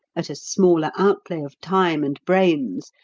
at a smaller outlay of time and brains,